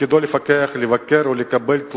כך הציע חבר הכנסת מוץ מטלון.